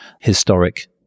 historic